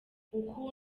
uko